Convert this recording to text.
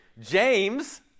James